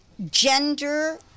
Gender